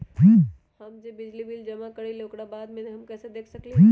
हम जे बिल जमा करईले ओकरा बाद में कैसे देख सकलि ह?